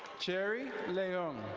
cherry leon.